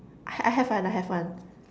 I I have one I have one